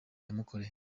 yamukoreye